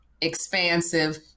expansive